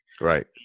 Right